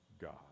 God